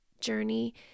journey